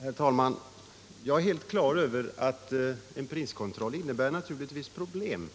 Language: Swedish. Herr talman! Jag är helt klar över att en priskontroll naturligtvis innebär problem.